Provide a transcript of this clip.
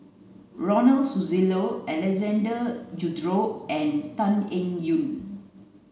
Ronald Susilo Alexander Guthrie and Tan Eng Yoon